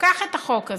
קח את החוק הזה,